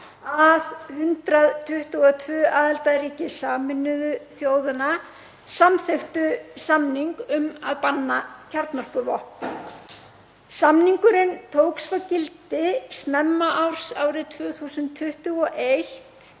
að 122 aðildarríki Sameinuðu þjóðanna samþykktu samning um að banna kjarnorkuvopn. Samningurinn tók svo gildi snemma árs 2021